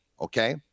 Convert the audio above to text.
Okay